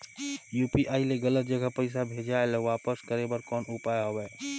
UPI ले गलत जगह पईसा भेजाय ल वापस करे बर कौन उपाय हवय?